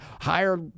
higher